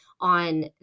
On